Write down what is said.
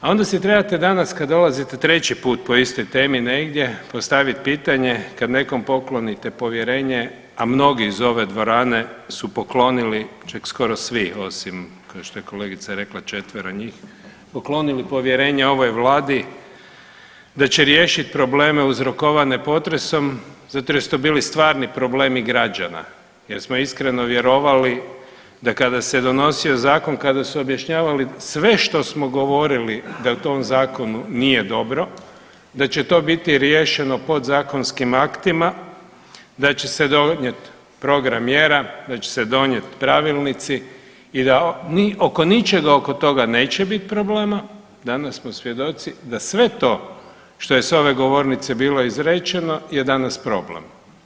A onda si trebate danas, kad dolazite 3. put po istoj temi negdje, postaviti pitanje kad nekom poklonite povjerenje, a mnogih iz ove dvorane su poklonili, čak skoro svi osim, kao što je kolegica rekla, četvero njih, poklonili povjerenje ovoj Vladi da će riješiti probleme uzrokovane potresom zato jer su to bili stvarni problemi građana jer smo iskreno vjerovali, da kada se donosio zakon, kada su objašnjavali sve što smo govorili da u tom zakonu nije dobro, da će to biti riješeno podzakonskim aktima, da će se donijeti program mjera, da će se donijeti pravilnici i da oko ničega oko toga neće biti problema, danas smo svjedoci da sve to što je s ove govornice bilo izrečeno je danas problem.